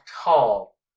tall